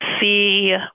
see